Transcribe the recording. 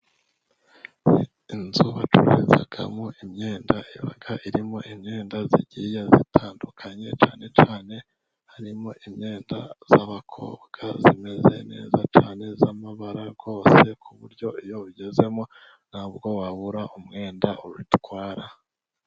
Inzu bacuruzamo imyenda ibaga irimo imyenda igiye itandukanye cyane cyane harimo imyenda y'abakobwa imeze neza cyane y'amabara yose ku buryo iyo ugezemo ntabwo wabura umwenda utwara.